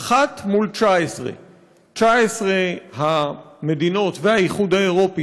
אחת מול 19. 19 המדינות והאיחוד האירופי